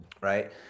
right